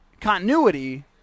continuity